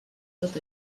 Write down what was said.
tot